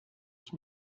ich